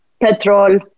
petrol